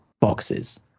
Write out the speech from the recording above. boxes